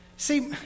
See